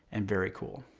and very cool.